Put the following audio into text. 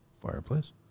Fireplace